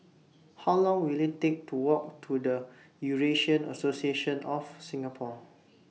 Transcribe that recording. How Long Will IT Take to Walk to The Eurasian Association of Singapore